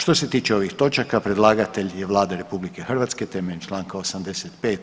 Što se tiče ovih točaka predlagatelj je Vlada RH temeljem čl. 85.